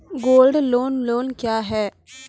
Gold loan loan क्या हैं?